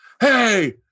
Hey